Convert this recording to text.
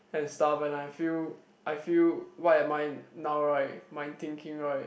and stuff and I feel I feel what am I now right my thinking right